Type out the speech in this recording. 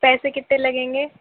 پیسے کتنے لگیں گے